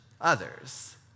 others